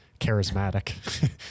charismatic